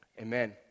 Amen